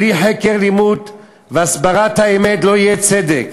בלי חקר, לימוד והסברת האמת לא יהיה צדק,